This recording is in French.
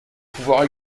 pouvoirs